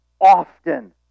often